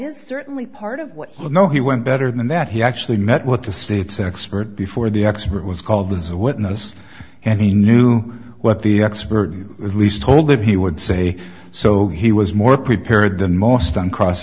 is certainly part of what i know he went better than that he actually met what the state's expert before the expert was called as a witness and he knew what the expert at least all that he would say so he was more prepared than most on cross